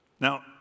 Now